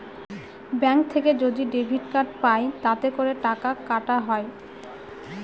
bank থেকে যদি debit card পাই তাতে করে টাকা কাটা হয়